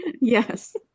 Yes